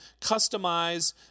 customize